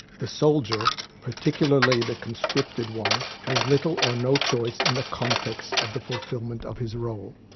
the soldier, particularly the conscripted one, has little or no choice in the context of the fulfilment of his role.